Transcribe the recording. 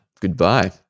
goodbye